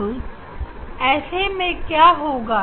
अब ऐसे में क्या होगा